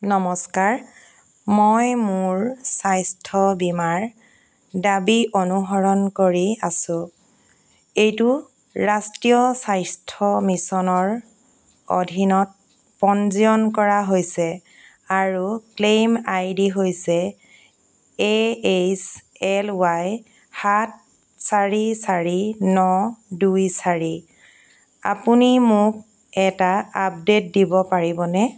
নমস্কাৰ মই মোৰ স্বাস্থ্য বীমাৰ দাবী অনুসৰণ কৰি আছোঁ এইটো ৰাষ্ট্ৰীয় স্বাস্থ্য মিছনৰ অধীনত পঞ্জীয়ন কৰা হৈছে আৰু ক্লেইম আই ডি হৈছে এ এইছ এল ৱাই সাত চাৰি চাৰি ন দুই চাৰি আপুনি মোক এটা আপডে'ট দিব পাৰিবনে